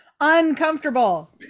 uncomfortable